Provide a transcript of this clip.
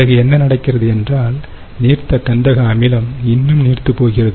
பிறகு என்ன நடக்கிறது என்றால் நீர்த்த கந்தக அமிலம் இன்னும் நீர்த்துப்போகிறது